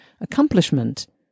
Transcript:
accomplishment